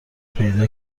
پیدا